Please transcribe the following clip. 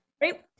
right